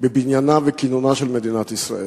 בבניינה וכינונה של מדינת ישראל.